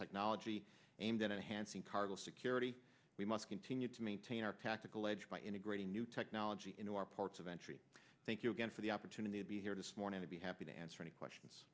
technology aimed at hanson cargo security we must continue to maintain our tactical edge by integrating new technology into our ports of entry thank you again for the opportunity to be here this morning to be happy to answer any questions